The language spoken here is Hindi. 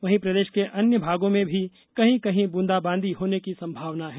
वहीं प्रदेश के अन्य भागों में भी कहीं कहीं ब्रंदाबांदी होने की संभावना है